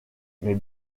mes